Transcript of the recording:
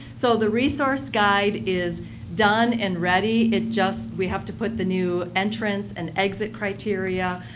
so, the resource guide is done and ready, it just, we have to put the new entrance and exit criteria.